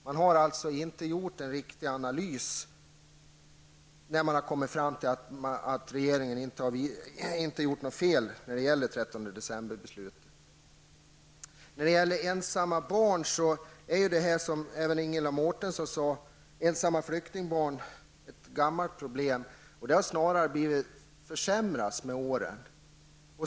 Man har inte gjort en riktig analys, innan man har kommit fram till att regeringen inte har gjort något fel beträffande Ensamma flyktingbarn är, som Ingela Mårtensson sade, ett gammalt problem. Det har blivit värre med åren.